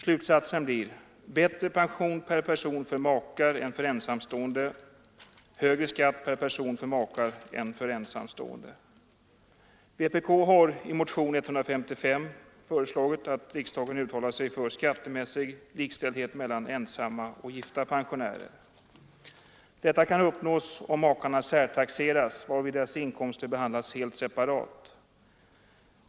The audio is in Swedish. Slutsatsen blir: lägre pension per person för makar än för ensamstående — högre skatt per person för makar än för ensamstående. Vpk har i motion nr 155 föreslagit att riksdagen uttalar sig för skattemässig likställdhet mellan ensamstående och gifta pensionärer. Detta kan uppnås om makarna särtaxeras, varvid deras inkomster behandlas helt separat.